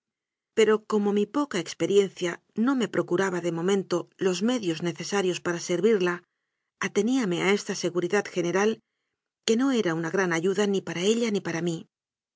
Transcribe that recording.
pero como mi poca experiencia no me procuraba de momento los medios necesarios para servirla ateníame a esta seguridad general que no era una gran ayuda ni para ella ni para mí